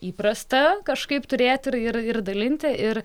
įprasta kažkaip turėti ir ir ir dalinti ir